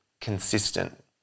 consistent